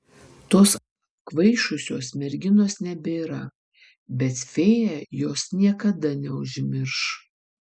tos apkvaišusios merginos nebėra bet fėja jos niekada neužmirš